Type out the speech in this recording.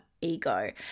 ego